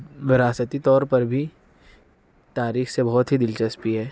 وراثتی طور پر بھی تاریخ سے بہت ہی دلچسپی ہے